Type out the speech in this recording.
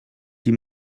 die